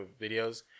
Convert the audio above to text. videos